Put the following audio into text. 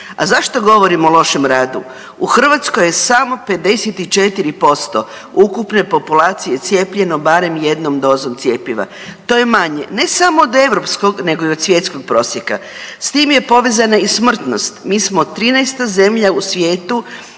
A zašto govorim o lošem radu? U Hrvatskoj je samo 54% ukupne populacije cijepljeno barem jednom dozom cjepiva. To je manje ne samo od europskog nego i od svjetskog prosjeka. S tim je povezana i smrtnost. Mi smo 13 zemlja u svijetu